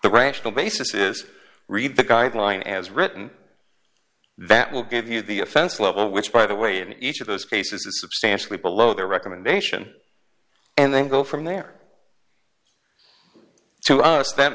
the rational basis is read the guideline as written that will give you the offense level which by the way in each of those cases is substantially below their recommendation and then go from there to us that